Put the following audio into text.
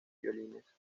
violines